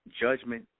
Judgment